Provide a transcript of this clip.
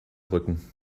rücken